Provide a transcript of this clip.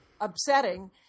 upsetting